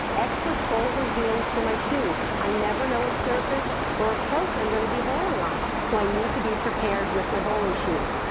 extra soles and heels for my shoes. i never know what surface or approach i'm going to be bowling on, so i need to be prepared with my bowling shoes.